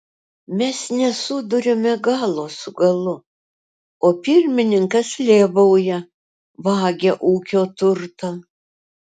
mes nesuduriame galo su galu o pirmininkas lėbauja vagia ūkio turtą